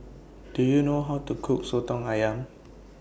Do YOU know How to Cook Soto Ayam